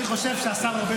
אני חושב שהשר ארבל,